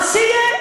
אז שיהיה.